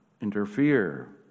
interfere